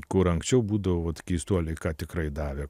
kur anksčiau būdavo keistuoliai ką tikrai davė